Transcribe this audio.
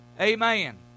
Amen